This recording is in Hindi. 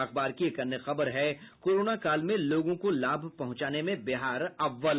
अखबार की एक अन्य खबर है कोरोना काल में लोगों को लाभ पहुंचाने में बिहार अव्वल